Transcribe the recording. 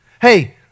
Hey